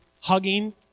hugging